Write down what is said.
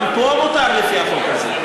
גם פה מותר לפי החוק הזה.